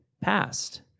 passed